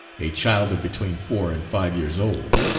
a child of between four and five years old.